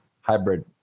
Hybrid